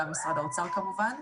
גם משרד האוצר, כמובן.